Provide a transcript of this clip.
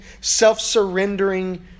self-surrendering